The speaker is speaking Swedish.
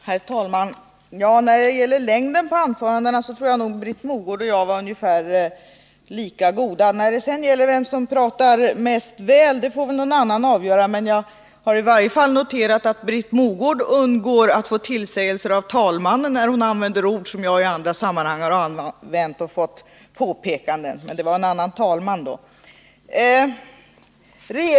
Herr talman! När det gäller längden på anförandena tror jag att Britt Mogård och jag var ungefär lika goda. Vem som pratar mest väl får väl någon annan avgöra. Jag har i varje fall noterat att Britt Mogård undgår att få tillsägelser av talmannen när hon använder ord som jag i andra sammanhang fått påpekanden för. Men det var en annan talman då. Pås.